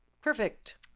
perfect